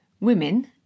women